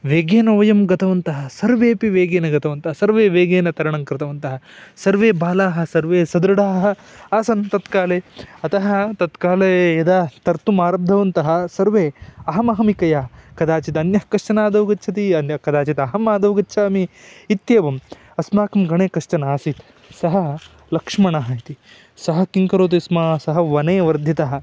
वेगेन वयं गतवन्तः सर्वेपि वेगेन गतवन्तः सर्वे वेगेन तरणं कृतवन्तः सर्वे बालाः सर्वे सदृडाः आसन् तत्काले अतः तत् काले यदा तर्तुमारब्धवन्तः सर्वे अहमहमिकया कदाचिदन्यः कश्चनादौ गच्छती कदाचिदहम् आदौ गच्छामि इत्येवम् अस्माकं गणे कश्चन आसीत् सः लक्ष्मणः इति सः किं करोति स्म सः वने वर्धितः